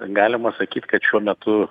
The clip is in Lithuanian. galima sakyt kad šiuo metu